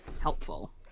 helpful